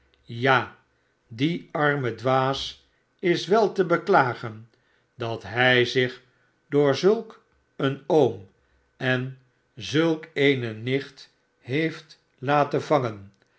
ja die arme dwaas is wel te beklagen dat hij zich door zulk een m en zulk eene nicht heeft laten vangen